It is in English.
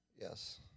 yes